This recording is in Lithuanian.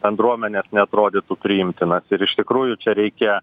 bendruomenės neatrodytų priimtinos ir iš tikrųjų čia reikia